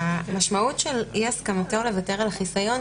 המשמעות של אי הסכמתו לוותר על החיסיון,